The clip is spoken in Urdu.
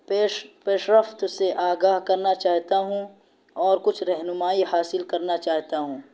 پیش پیش رفت سے آگاہ کرنا چاہتا ہوں اور کچھ رہنمائی حاصل کرنا چاہتا ہوں